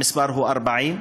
40,